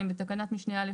בתקנת משנה (א),